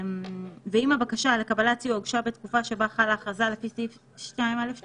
ואם הבקשה לקבלת סיוע הוגשה בתקופה שבה חלה הכרזה לפי סעיף 2(א)(2)